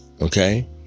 Okay